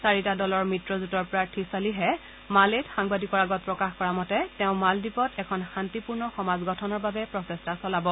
চাৰিটা দলৰ মিত্ৰজোঁটৰ প্ৰাৰ্থী চলিহে মালেত সাংবাদিকৰ আগত প্ৰকাশ কৰা মতে তেওঁ মালদ্বীপত এখন শান্তিপূৰ্ণ সমাজ গঠনৰ বাবে প্ৰচেষ্টা চলাব